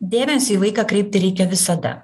dėmesį į vaiką kreipti reikia visada